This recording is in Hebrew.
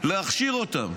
להכשיר אותם,